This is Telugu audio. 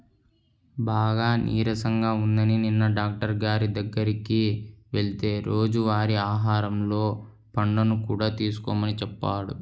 బాగా నీరసంగా ఉందని నిన్న డాక్టరు గారి దగ్గరికి వెళ్తే రోజువారీ ఆహారంలో పండ్లను కూడా తీసుకోమని చెప్పాడు